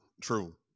true